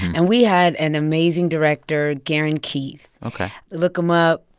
and we had an amazing director, gerren keith ok look him up.